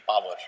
power